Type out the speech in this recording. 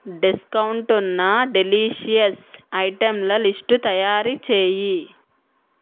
discount ఉన్న delicious ఐటంల list తయారు చెయ్యి